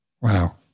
Wow